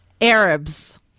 Arabs